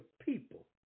people